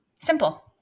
Simple